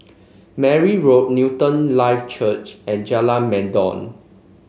Mary Road Newton Life Church and Jalan Mendong